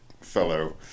fellow